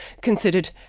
considered